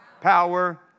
power